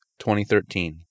2013